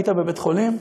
היית בבית-חולים,